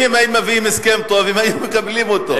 אם הם היו מביאים הסכם טוב, הם היו מקבלים אותו.